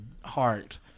heart